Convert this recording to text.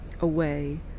away